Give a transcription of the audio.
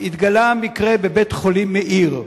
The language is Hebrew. התגלה מקרה בבית-חולים "מאיר",